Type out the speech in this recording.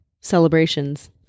celebrations